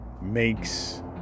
makes